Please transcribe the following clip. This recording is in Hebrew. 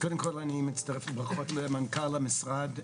קודם כל, אני מצטרף לברכות למנכ"ל המשרד.